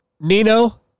Nino